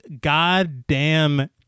goddamn